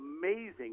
amazing